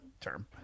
term